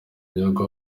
gihugu